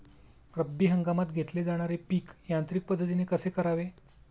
रब्बी हंगामात घेतले जाणारे पीक यांत्रिक पद्धतीने कसे करावे?